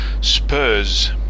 Spurs